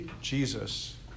Jesus